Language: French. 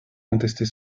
contester